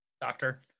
doctor